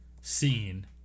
scene